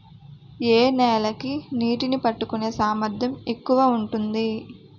ఏ నేల కి నీటినీ పట్టుకునే సామర్థ్యం ఎక్కువ ఉంటుంది?